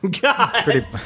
God